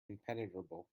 impenetrable